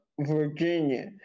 Virginia